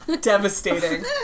Devastating